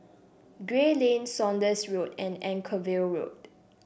Gray Lane Saunders Road and Anchorvale Road